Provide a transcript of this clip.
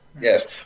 yes